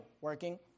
Working